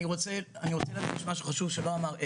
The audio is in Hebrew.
אני רוצה לומר משהו חשוב שעלי לא אמר.